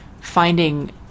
finding